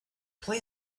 play